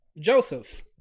Joseph